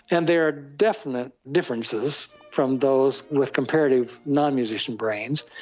and there are definite differences from those with comparative non-musician brains.